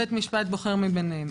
בית משפט בוחר מביניהם.